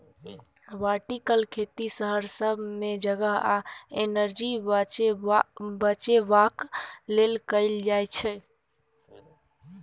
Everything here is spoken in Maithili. बर्टिकल खेती शहर सब मे जगह आ एनर्जी बचेबाक लेल कएल जाइत छै